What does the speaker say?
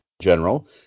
general